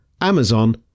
Amazon